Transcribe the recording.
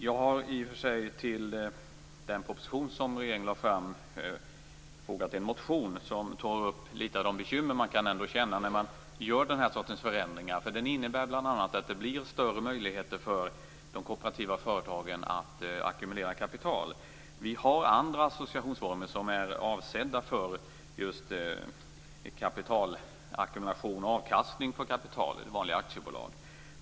Jag har i och för sig till den proposition som regeringen lade fram fogat en motion som tar upp några av de bekymmer man ändå kan känna när man gör denna sorts förändringar. De innebär bl.a. att det blir större möjligheter för de kooperativa företagen att ackumulera kapital. Vi har andra associationsformer som är avsedda för just kapitalackumulation och avkastning på kapital. Det är vanliga aktiebolag.